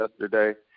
yesterday